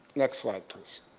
next slide please.